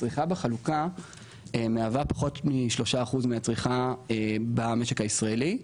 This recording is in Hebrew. הצריכה בחלוקה מהווה פחות מ-3% מהצריכה במשק הישראלי,